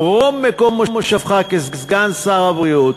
מרום מקום מושבך כסגן שר הבריאות,